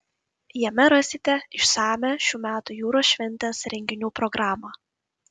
jame rasite išsamią šių metų jūros šventės renginių programą